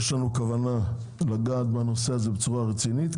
יש לנו כוונה לגעת בנושא הזה בצורה רצינית,